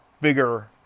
bigger